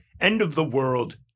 end-of-the-world